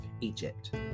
Egypt